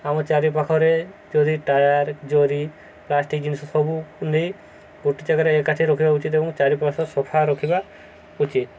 ଆମ ଚାରିପାଖରେ ଯଦି ଟାୟାର ଜରି ପ୍ଲାଷ୍ଟିକ ଜିନିଷ ସବୁ ନେଇ ଗୋଟେ ଜାଗାରେ ଏକାଠି ରଖିବା ଉଚିତ ଏବଂ ଚାରିପାଖ ସଫା ରଖିବା ଉଚିତ